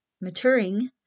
maturing